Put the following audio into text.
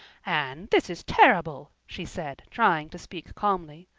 anne, this is terrible, she said, trying to speak calmly.